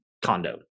condo